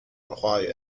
花园